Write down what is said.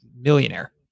millionaire